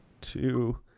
two